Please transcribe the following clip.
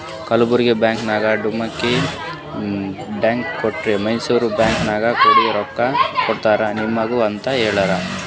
Kalburgi bank ನಾಗ್ demand draft ಕೊಟ್ಟಿ Mysore bank ನಾಗ್ ಕೊಡ್ರಿ ರೊಕ್ಕಾ ಕೊಡ್ತಾರ ನಿಮುಗ ಅಂತ್ ಹೇಳ್ಯಾರ್